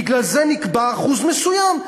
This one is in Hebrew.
בגלל זה נקבע אחוז מסוים,